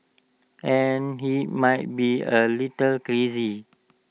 and he might be A little crazy